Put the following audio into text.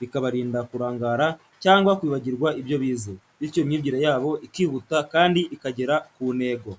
bikabarinda kurangara cyangwa kwibagirwa ibyo bize, bityo imyigire yabo ikihuta kandi ikagera ku ntego.